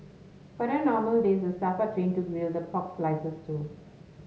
but on normal days the staff are trained to grill the pork slices too